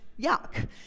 yuck